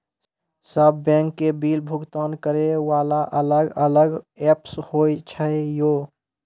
सब बैंक के बिल भुगतान करे वाला अलग अलग ऐप्स होय छै यो?